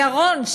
לי ירון,